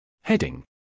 Heading